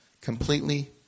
completely